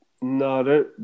No